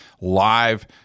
live